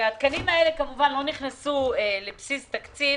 התקנים האלה כמובן לא נכנסו לבסיס התקציב,